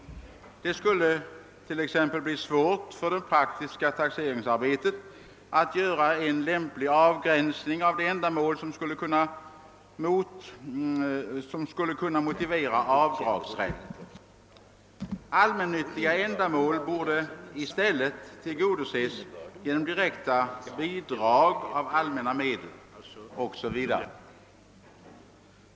Det skulle t.ex. bli svårt för det praktiska taxeringsarbetet att göra en lämplig avgränsning av de ändamål som skulle kunna motivera avdragsrätt. Allmännyttiga ändamål borde i stället tillgodoses genom direkta bidrag av allmänna medel o. s. v.